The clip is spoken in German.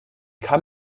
kann